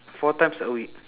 four times a week